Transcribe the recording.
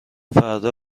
فردا